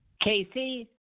Casey